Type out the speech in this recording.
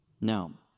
Now